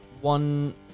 one